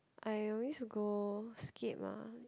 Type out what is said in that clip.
I always go Scape [agh]